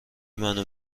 منو